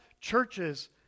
churches